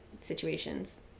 situations